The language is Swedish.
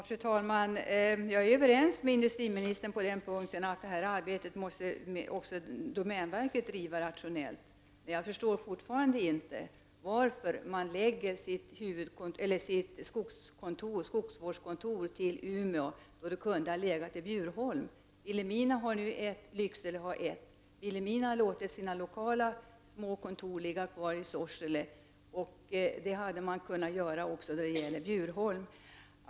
Fru talman! Jag är överens med industriministern på den punkten att arbetet inom domänverket också måste drivas rationellt. Men jag kan fortfarande inte förstå varför man lägger sitt skogsvårdskontor till Umeå, då det kunde ha legat i Bjurholm. Vilhelmina har ett och Lycksele har ett. Vilhelmina låter sina lokala små kontor ligga kvar i Sorsele. Det hade man kunnat göra också i Bjurholm.